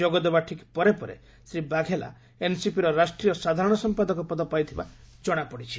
ଯୋଗଦେବା ଠିକ୍ ପରେ ପରେ ଶ୍ରୀ ବାଘେଲା ଏନ୍ସିପିର ରାଷ୍ଟ୍ରୀୟ ସାଧାରଣ ସମ୍ପାଦକ ପଦ ପାଇଥିବା ଜଣାପଡ଼ିଛି